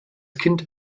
kind